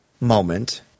moment